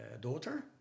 daughter